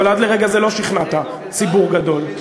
אבל עד לרגע זה לא שכנעת ציבור גדול.